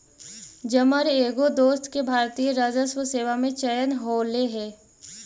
जमर एगो दोस्त के भारतीय राजस्व सेवा में चयन होले हे